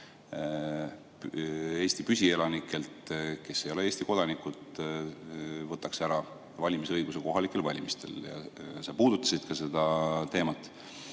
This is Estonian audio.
Eesti püsielanikelt, kes ei ole Eesti kodanikud, võtaks ära valimisõiguse kohalikel valimistel. Sa puudutasid ka seda teemat